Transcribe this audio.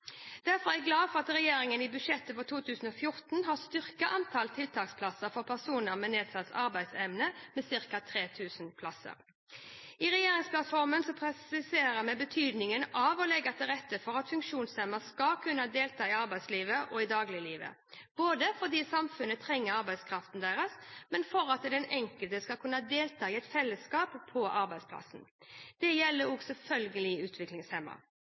Derfor er jeg glad for at regjeringen i budsjettet for 2014 har styrket antall tiltaksplasser for personer med nedsatt arbeidsevne med ca. 3 000 plasser. I regjeringsplattformen presiserer vi betydningen av å legge til rette for at funksjonshemmede skal kunne delta i arbeidslivet og i dagliglivet, både fordi samfunnet trenger arbeidskraften deres, og for at den enkelte skal kunne delta i et fellesskap på arbeidsplassen. Det gjelder selvfølgelig